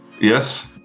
yes